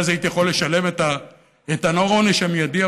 כי אז הייתי יכול לשלם את העונש המיידי,